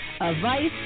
advice